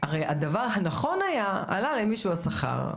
הרי הדבר הנכון היה שאם עלה למישהו השכר,